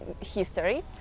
history